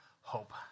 hope